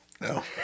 No